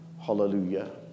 Hallelujah